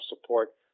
support